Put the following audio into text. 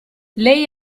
lei